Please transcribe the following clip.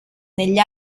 negli